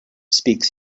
speaks